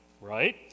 right